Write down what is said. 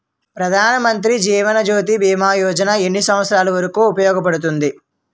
ప్రధాన్ మంత్రి జీవన్ జ్యోతి భీమా యోజన ఎన్ని సంవత్సారాలు వరకు ఉపయోగపడుతుంది?